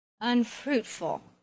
unfruitful